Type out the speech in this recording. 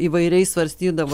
įvairiai svarstydavo